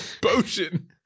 potion